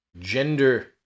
gender